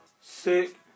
sick